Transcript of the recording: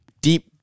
deep